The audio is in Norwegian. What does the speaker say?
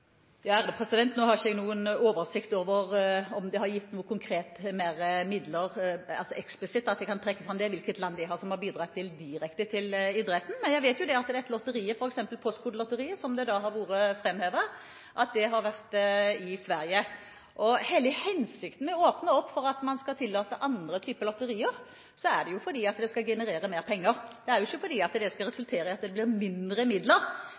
Nå har ikke jeg noen konkret oversikt over om det har gitt mer midler – altså at jeg eksplisitt kan trekke fram i hvilket land det har bidratt direkte til idretten. Men jeg vet jo at f.eks. Postkodelotteriet, som har vært framhevet, har vært i Sverige. Hele hensikten med å åpne opp for at man skal tillate andre typer lotterier, er jo at det skal generere mer penger. Det er ikke for at det skal resultere i at det blir mindre midler